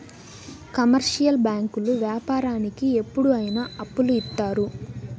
commercial బ్యాంకులు వ్యాపారానికి ఎప్పుడు అయిన అప్పులు ఇత్తారు